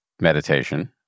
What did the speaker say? meditation